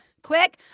Quick